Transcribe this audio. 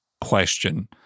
question